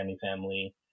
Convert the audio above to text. family